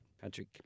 Patrick